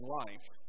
life